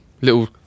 Little